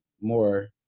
more